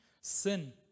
Sin